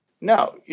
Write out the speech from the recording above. No